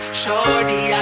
shorty